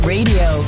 Radio